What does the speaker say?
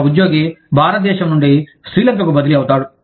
ఒక ఉద్యోగి భారతదేశం నుండి శ్రీలంకకు బదిలీ అవుతాడు